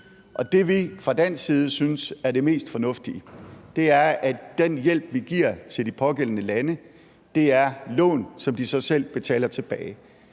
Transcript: Det, vi fra dansk side synes er det mest fornuftige, er, at den hjælp, vi giver til de pågældende lande, er lån, som de så selv betaler tilbage.